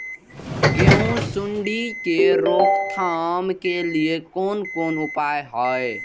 गेहूँ सुंडी के रोकथाम के लिये कोन कोन उपाय हय?